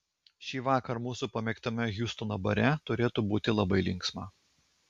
šįvakar mūsų pamėgtame hjustono bare turėtų būti labai linksma